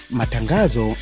matangazo